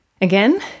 Again